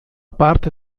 parte